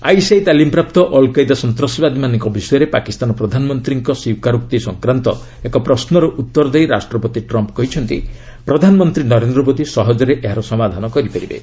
ISI ତାଲିମ୍ପ୍ରାପ୍ତ Al Qaeda ସନ୍ତାସବାଦୀମାନଙ୍କ ବିଷୟରେ ପାକିସ୍ତାନ ପ୍ରଧାନମନ୍ତ୍ରୀଙ୍କ ସ୍ୱୀକାରୋକ୍ତି ସଂକ୍ରାନ୍ତ ଏକ ପ୍ରଶ୍ନର ଉତ୍ତର ଦେଇ ରାଷ୍ଟ୍ରପତି ଟ୍ରମ୍ପ୍ କହିଛନ୍ତି ପ୍ରଧାନମନ୍ତ୍ରୀ ନରେନ୍ଦ୍ର ମୋଦି ସହଜରେ ଏହାର ସମାଧାନ କରିପାରିବେ